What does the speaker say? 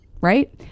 right